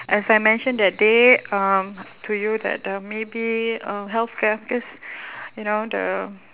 as I mention that day um to you that the maybe uh healthcare cause you know the